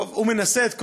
טוב, הוא מנסה את כוחו,